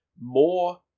more